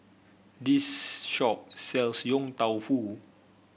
this shop sells Yong Tau Foo